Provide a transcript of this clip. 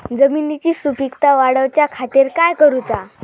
जमिनीची सुपीकता वाढवच्या खातीर काय करूचा?